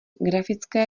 grafické